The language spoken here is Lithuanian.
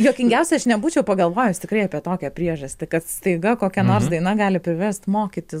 juokingiausia aš nebūčiau pagalvojus tikrai apie tokią priežastį kad staiga kokia nors daina gali priverst mokytis